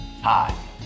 Hi